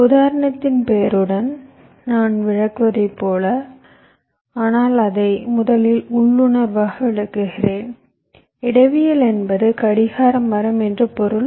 உதாரணத்தின் பெயருடன் நான் விளக்குவதைப் போல ஆனால் அதை முதலில் உள்ளுணர்வாக விளக்குகிறேன் இடவியல் என்பது கடிகார மரம் என்று பொருள்